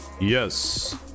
Yes